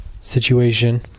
situation